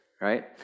Right